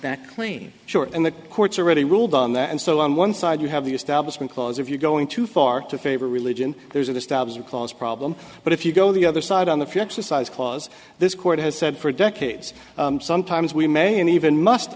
that clean short and the courts already ruled on that and so on one side you have the establishment clause if you're going too far to favor religion there's a stabs you cause a problem but if you go the other side on the few exercise clause this court has said for decades sometimes we may and even must